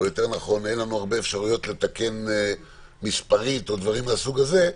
או יותר נכון אין לנו הרבה אפשרות לתקן מספרית או דברים מהסוג הזה,